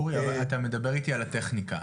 אורי, אתה מדבר איתי על הטכניקה.